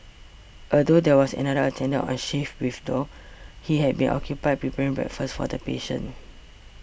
although there was another attendant on shift with Thu he had been occupied preparing breakfast for the patients